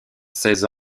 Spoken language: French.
seize